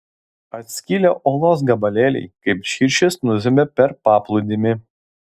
atskilę uolos gabalėliai kaip širšės nuzvimbė per paplūdimį